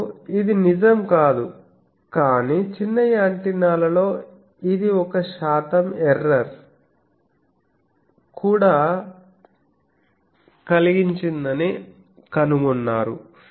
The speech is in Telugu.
ఇప్పుడు అది నిజం కాదు కాని చిన్న యాంటెన్నాల లో ఇది ఒక శాతం ఎర్రర్ కూడా కిలిగించదని కనుగొన్నారు